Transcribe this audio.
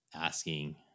asking